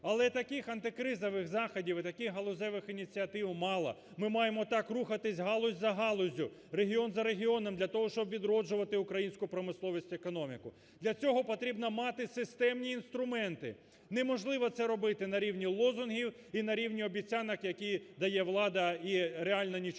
Але таких антикризових заходів і таких галузевих ініціатив мало, ми маємо так рухатись галузь за галуззю, регіон за регіоном для того, щоб відроджувати українську промисловість і економіку. Для цього потрібно мати системні інструменти, неможливо це робити на рівні лозунгів і на рівні обіцянок, які дає влада і реально нічого